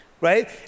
right